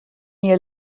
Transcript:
year